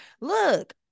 Look